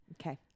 Okay